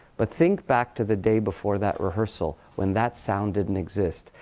but think back to the day before that rehearsal when that sound didn't exist,